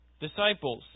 disciples